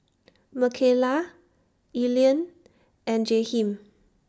Makayla Aline and Jaheem